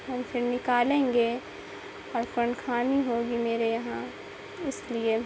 ہم پھر نکالیں گے اور قرآن خوانی ہوگی میرے یہاں اس لیے